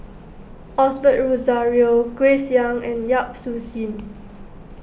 Osbert Rozario Grace Young and Yap Su Yin